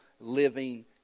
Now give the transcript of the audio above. living